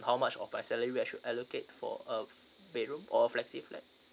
how much of my salary where should allocate for a bedroom or flexi flat